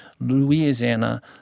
Louisiana